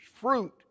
fruit